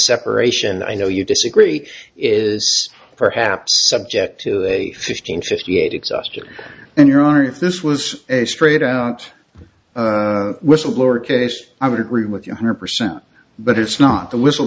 separation i know you disagree is perhaps subject to the fifteen fifty eight exhaustion and your honor if this was a straight out whistleblower case i would agree with you hundred percent but it's not the whistle